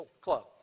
club